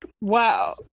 Wow